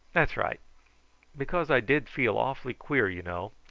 that's right because i did feel awfully queer, you know.